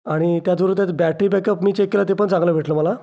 आणि त्याचबरोबर त्याचं बॅटरी बॅकप मी चेक केला तेपण चांगलं भेटलं मला